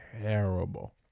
terrible